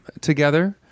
together